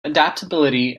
adaptability